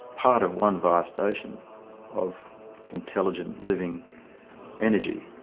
part of one vast ocean of intelligent living energy.